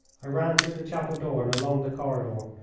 i ran through the chapel door and along the corridor,